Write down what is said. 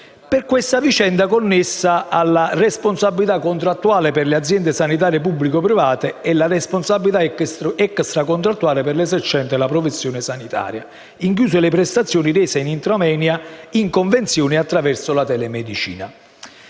sulla vicenda connessa alla responsabilità contrattuale per le aziende sanitarie, pubbliche o private, e alla responsabilità extracontrattuale per l'esercente la professione sanitaria, incluse le prestazioni rese in *intramoenia*, in convenzione e attraverso la telemedicina.